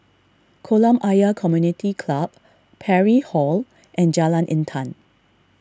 Kolam Ayer Community Club Parry Hall and Jalan Intan